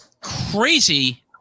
crazy